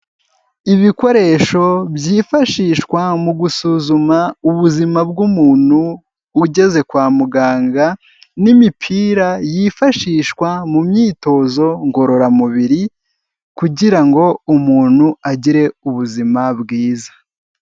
Ibikoresho byifashishwa mu gusuzuma ubuzima bw'umuntu ugeze kwa muganga n'imipira yifashishwa mu myitozo ngororamubiri kugira ngo umuntu agire ubuzima bwiza.